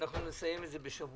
אני סיימתי.